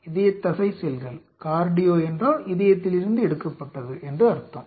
இதயத்தசை செல்கள் கார்டியோ என்றால் இதயத்திலிருந்து எடுக்கப்பட்டது என்று அர்த்தம்